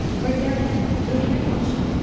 for example through hand-washing,